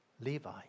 Levi